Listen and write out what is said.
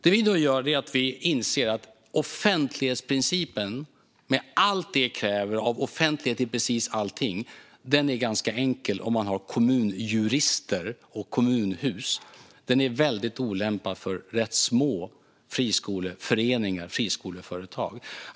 Det vi nu gör är att inse att offentlighetsprincipen, med allt vad den kräver av offentlighet i precis allting, är ganska enkel om man har kommunjurister och kommunhus men väldigt olämplig för rätt små friskoleföreningar och friskoleföretag.